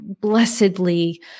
blessedly